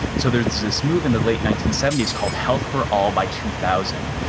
and so there's this move in the late nineteen seventy s called health for all by two thousand,